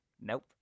Nope